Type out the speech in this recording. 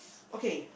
okay